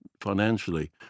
financially